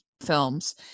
films